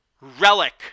relic